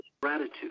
gratitude